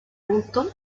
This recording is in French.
lointain